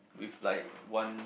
with like one